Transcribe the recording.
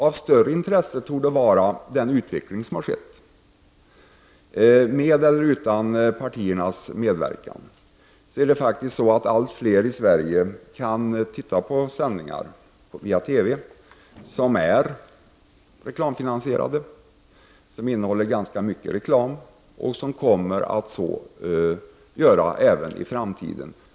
Av större intresse torde den utveckling som har skett vara. Med eller utan partiernas medverkan har allt fler i Sverige tillgång till TV-sändningar som är reklamfinansierade. Dessa sändningar innehåller redan ganska mycket reklam som kommer att öka i omfattning i framtiden.